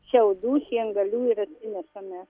šiaudų šiengalių ir atsinešame